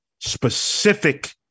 specific